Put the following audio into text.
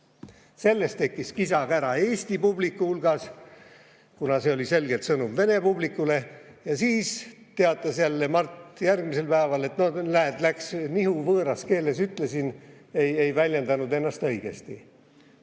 Sellest tekkis kisa-kära Eesti publiku hulgas, kuna see oli selgelt sõnum vene publikule. Ja siis teatas Mart järgmisel päeval, et näed, läks nihu, võõras keeles ütlesin, ei väljendanud ennast õigesti.